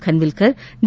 Khanwilkar D